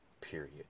period